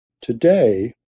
Today